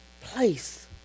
place